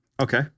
Okay